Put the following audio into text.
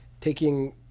taking